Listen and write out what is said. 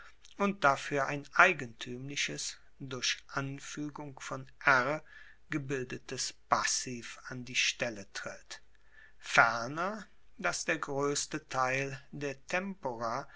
und dafuer ein eigentuemliches durch anfuegung von r gebildetes passiv an die stelle tritt ferner dass der groesste teil der tempora